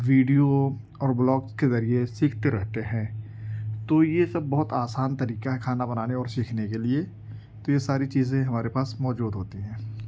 video اور blogs کے ذریعہ سیکھتے رہتے ہیں تو یہ سب بہت آسان طریقہ ہے کھانا بنانے اور سیکھنے کے لیے تو یہ ساری چیزیں ہمارے پاس موجود ہوتی ہیں